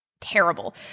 terrible